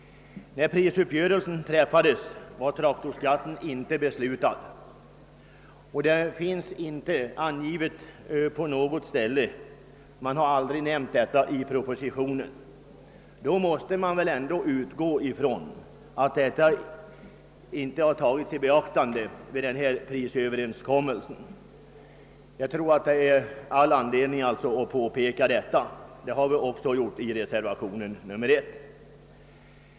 När prisuppgörelsen träffades var traktorskatten inte beslutad, och den finns inte angiven på något ställe i propositionen. Då måste man väl utgå från att den inte har tagits i beaktande vid prisöverenskommelsen. Jag tror att det finns anledning att påpeka detta, och det har vi också gjort i reservationen 1.